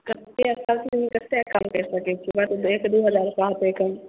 कतेक कम करि सकैत छी बड़ तऽ एक दू हजार रुपआ होएतै कम